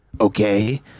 okay